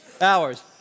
hours